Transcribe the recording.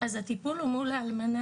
אז הטיפול הוא מול האלמנה.